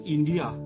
India